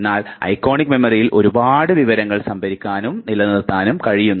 എന്നാൽ ഐക്കോണിക് മെമ്മറിയിൽ ഒരുപാട് വിവരങ്ങൾ സംഭരിക്കാനും നിലനിർത്താനും കഴിയുന്നു